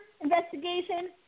investigation